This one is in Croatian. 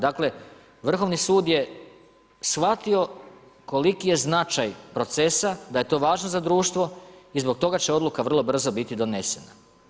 Dakle, vrhovni sud je shvatio koliki je značaj procesa, da je to važna za društvo i zbog toga će odluka vrlo brzo biti donesena.